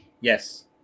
Yes